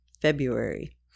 February